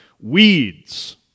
weeds